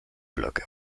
blöcke